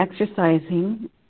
exercising